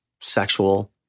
sexual